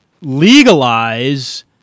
legalize